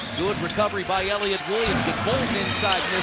good recovery by elliot williams. bouldin inside,